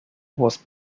was